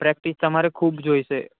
practice તમારે ખૂબ જોઈશે